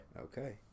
Okay